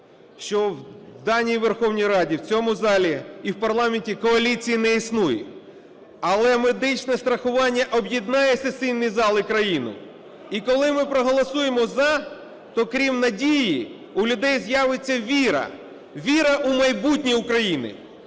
що в даній Верховній Раді, у цьому залі і в парламенті коаліції не існує. Але медичне страхування об'єднає сесійний зал і країну. І коли ми проголосуємо "за", то крім надії у людей з'явиться віра, віра у майбутнє України,